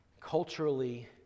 culturally